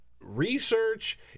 research